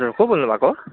हजुर को बोल्नु भएको